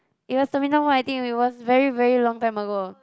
it was Terminal one I think it was very very long time ago